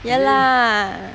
yeah lah